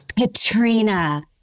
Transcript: Katrina